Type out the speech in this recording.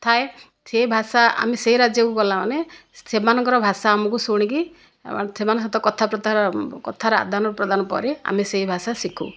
ଥାଏ ସେହି ଭାଷା ଆମେ ସେହି ରାଜ୍ୟକୁ ଗଲା ମାନେ ସେମାନଙ୍କର ଭାଷା ଆମକୁ ଶୁଣିକି ସେମାନଙ୍କ ସହିତ କଥା ପ୍ରଥା କଥାର ଆଦାନ ପ୍ରଦାନ ପରେ ଆମେ ସେହି ଭାଷା ଶିଖୁ